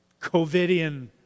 COVIDian